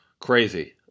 Crazy